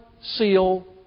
seal